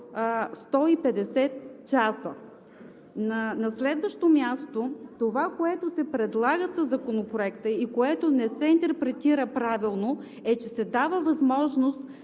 150 часа. На следващо място, това, което се предлага със Законопроекта и не се интерпретира правилно, е, че се дава възможност